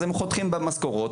אז הם חותכים במשכורות,